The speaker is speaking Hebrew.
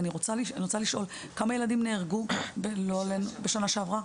כמה ילדים מתו בשנה שעברה?